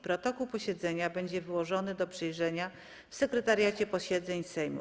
Protokół posiedzenia będzie wyłożony do przejrzenia w Sekretariacie Posiedzeń Sejmu.